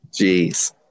Jeez